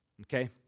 Okay